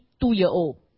two-year-old